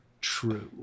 true